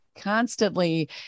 constantly